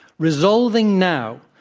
resolving now,